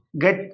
get